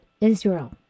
Israel